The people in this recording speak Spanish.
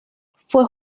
fue